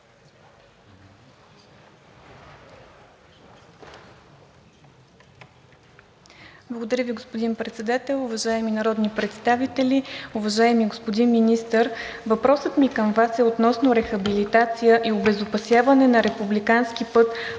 Благодаря Ви, господин Председател. Уважаеми народни представители, уважаеми господин Министър! Въпросът ми към Вас е относно рехабилитация и обезопасяване на републикански път